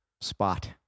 spot